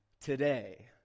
today